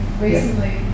recently